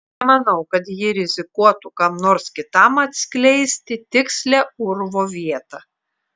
nemanau kad ji rizikuotų kam nors kitam atskleisti tikslią urvo vietą